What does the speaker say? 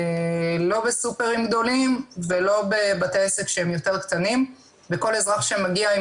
לא בסופרמרקטים גדולים ולא בבתי עסק שהם יותר קטנים וכל אזרח שמגיע עם